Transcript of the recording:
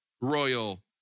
royal